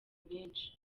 benshi